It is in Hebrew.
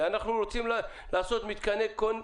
אנחנו לא מספיק חשובים בשבילם,